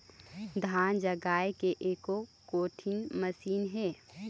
धान जगाए के एको कोठी मशीन हे?